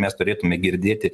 mes turėtume girdėti